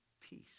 peace